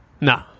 No